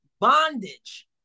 bondage